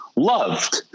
Loved